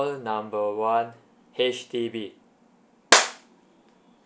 call number one H_D_B